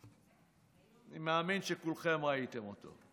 אני מאמין שכולכם ראיתם אותו.